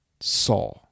saw